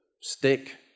stick